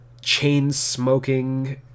chain-smoking